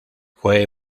fue